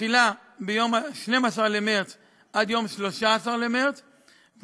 תחילה ביום 12 במרס 2017 עד ליום 13 במרס 2017,